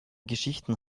geschichten